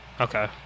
Okay